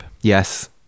yes